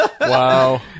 Wow